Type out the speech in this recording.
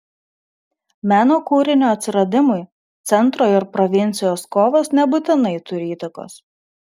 meno kūrinio atsiradimui centro ir provincijos kovos nebūtinai turi įtakos